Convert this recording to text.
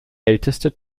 älteste